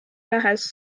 nähes